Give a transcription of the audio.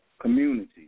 community